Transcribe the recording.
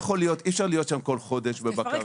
אי אפשר להיות שם כל חודש בבקרה.